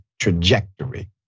trajectory